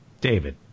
David